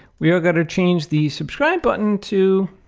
we are going to change the subscribe button to